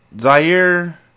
Zaire